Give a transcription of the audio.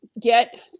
get